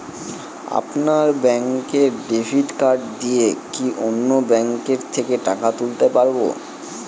আপনার ব্যাংকের debit card দিয়ে কি অন্য ব্যাংকের থেকে টাকা তুলতে পারবো?